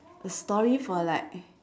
a story for like